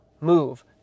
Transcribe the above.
move